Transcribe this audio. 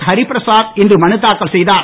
ஹரிபிரசாத் இன்று மனு தாக்கல் செய்தார்